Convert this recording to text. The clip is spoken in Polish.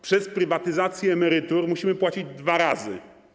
Przez prywatyzację emerytur musimy płacić dwa razy.